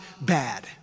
bad